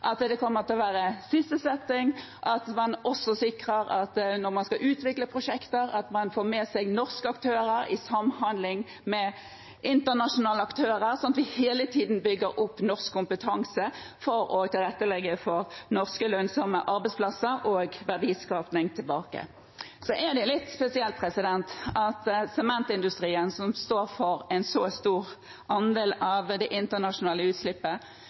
at det kommer til å være sysselsetting, og at man når man skal utvikle prosjekter, får med seg norske aktører i samhandling med internasjonale aktører, sånn at vi hele tiden bygger opp norsk kompetanse for å tilrettelegge for norske lønnsomme arbeidsplasser og verdiskaping tilbake. Så er det litt spesielt at en stor aktør som sementindustrien, som står for en så stor andel av det internasjonale utslippet,